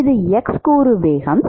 இது x கூறு வேகம்